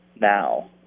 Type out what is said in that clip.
now